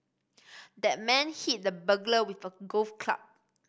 the man hit the burglar with a golf club